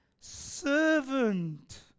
servant